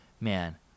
man